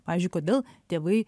pavyzdžiui kodėl tėvai